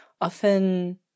often